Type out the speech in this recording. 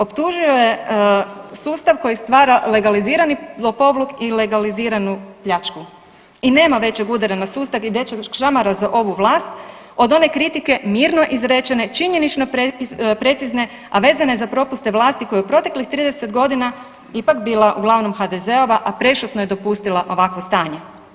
Optužio je sustav koji stvara legalizirani lopovluk i legaliziranu pljačku i nema većeg udara na sustav i većeg šamara za ovu vlast od one kritike mirno izrečene, činjenično precizne a vezane za propuste vlasti koja je u proteklih 30 godina ipak bila uglavnom HDZ-ova a prešutno je dopustila ovakvo stanje.